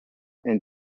and